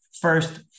first